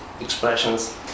expressions